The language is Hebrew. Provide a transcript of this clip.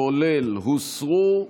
כולל, הוסרו.